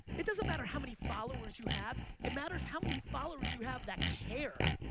it doesn't matter how many followers you have. it matters how many followers you have that care.